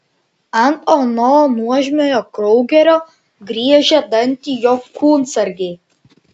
ant ano nuožmiojo kraugerio griežia dantį jo kūnsargiai